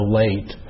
late